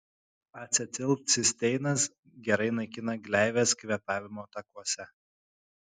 acetilcisteinas gerai naikina gleives kvėpavimo takuose